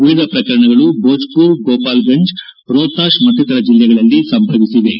ಉಳಿದ ಪ್ರಕರಣಗಳು ಭೋಜ್ಪುರ್ ಗೋಪಾಲ್ಗಂಜ್ ರೊಹ್ತಾಶ್ ಮತ್ತಿತರ ಜಿಲ್ಲೆಗಳಲ್ಲಿ ಸಂಭವಿಸಿವೆ